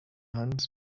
hands